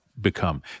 become